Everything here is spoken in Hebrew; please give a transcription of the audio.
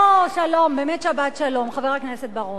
הו, שלום, באמת שבת שלום, חבר הכנסת בר-און.